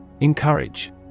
Encourage